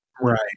Right